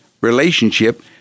relationship